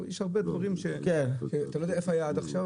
יש הרבה דברים שאתה לא יודע איפה היעד עכשיו,